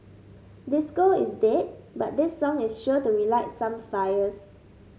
disco is dead but this song is sure to relight some fires